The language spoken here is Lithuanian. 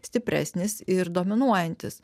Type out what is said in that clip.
stipresnis ir dominuojantis